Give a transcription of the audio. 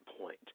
point